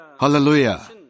Hallelujah